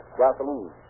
gasoline